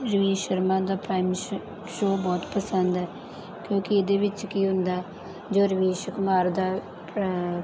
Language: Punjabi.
ਰਵੀਸ਼ ਸ਼ਰਮਾ ਦਾ ਪ੍ਰਾਈਮ ਸ਼ੋ ਸ਼ੋਅ ਬਹੁਤ ਪਸੰਦ ਹੈ ਕਿਉਂਕਿ ਇਹਦੇ ਵਿੱਚ ਕੀ ਹੁੰਦਾ ਜੋ ਰਵੀਸ਼ ਕੁਮਾਰ ਦਾ ਪਰਾ